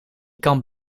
kan